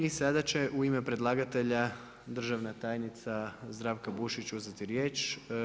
I sada će u ime predlagatelja državna tajnica Zdravka Bušić uzeti riječ.